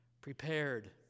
prepared